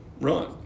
run